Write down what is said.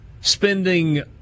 spending